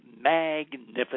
magnificent